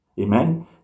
Amen